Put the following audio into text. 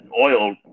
oil